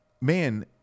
man